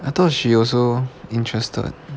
I thought she also interested